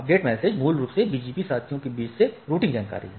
update message मूल रूप से BGP साथियों के बीच से रूटिंग जानकारी है